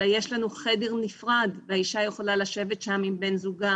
אלא יש לנו חדר נפרד והאישה יכולה לשבת שם עם בן זוגה